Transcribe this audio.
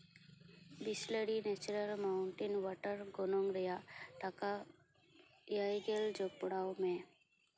Bisleri natural mountain water ᱜᱚᱱᱚᱝ ᱨᱮᱭᱟᱜ ᱴᱟᱠᱟ ᱮᱭᱟᱭ ᱜᱮᱞ ᱡᱚᱯᱲᱟᱣ ᱢᱮ